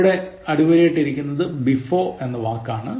ഇവിടെ അടിവരയിട്ടിരിക്കുന്നത് Before എന്ന വാക്കാണ്